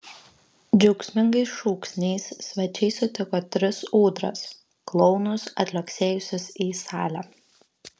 džiaugsmingais šūksniais svečiai sutiko tris ūdras klounus atliuoksėjusius į salę